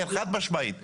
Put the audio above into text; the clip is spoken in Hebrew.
חד משמעית.